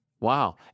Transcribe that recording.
Wow